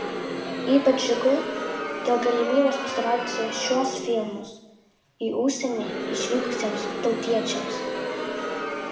ypač džiugu dėl galimybės parodyti šiuos filmus į užsienį išvykusiems tautiečiams